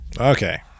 Okay